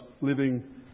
living